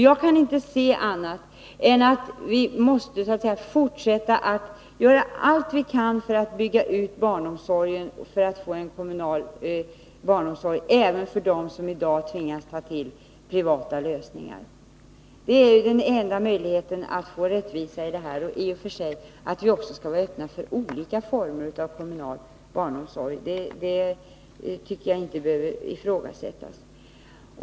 Jag kan inte finna annat än att vi måste fortsätta att göra allt vi kan för att bygga ut barnomsorgen och få en kommunal barnomsorg även för dem som i dag tvingas ta till privata lösningar. Det är enda möjligheten att få rättvisa i detta. I och för sig skall vi vara öppna för olika former för kommunal barnomsorg. Det tycker jag inte behöver ifrågasättas.